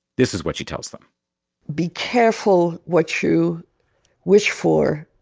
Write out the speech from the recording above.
this is what she tells them be careful what you wish for.